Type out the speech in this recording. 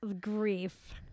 grief